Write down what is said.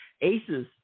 aces